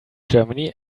germany